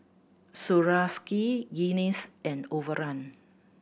Swarovski Guinness and Overrun